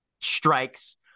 strikes